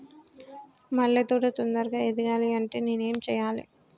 మల్లె తోట తొందరగా ఎదగాలి అంటే నేను ఏం చేయాలి?